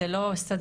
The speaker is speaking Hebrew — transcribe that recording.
זה לא סדנה,